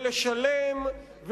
ולשלם,